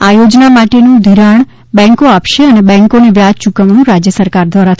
આ થોજના માટેનુ ઘિરાણ બેંકો આપશે અને બેંકોને વ્યાજ યૂકવણું રાજય સરકાર દ્વારા કરાશે